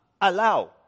allow